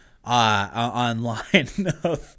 Online